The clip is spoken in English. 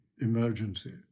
emergency